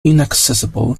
inaccessible